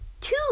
two